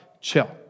chill